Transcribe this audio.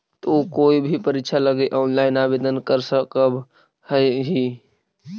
तु कोई भी परीक्षा लगी ऑनलाइन आवेदन कर सकव् हही